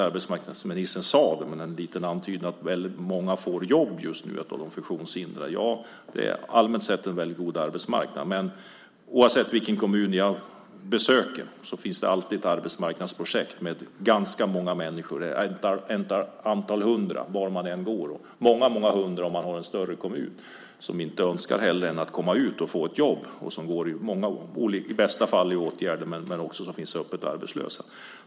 Arbetsmarknadsministern verkade antyda att många av de funktionshindrade får jobb just nu. Ja, det är allmänt sett en väldigt god arbetsmarknad. Men oavsett vilken kommun jag besöker finns där alltid arbetsmarknadsprojekt som involverar ganska många människor, ofta något hundratal. Det kan vara åtskilliga hundra i en stor kommun, och de personerna önskar inget hellre än att komma ut och få ett jobb. I bästa fall går de i åtgärder, men många av dem är öppet arbetslösa.